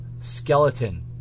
skeleton